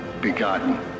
begotten